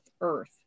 earth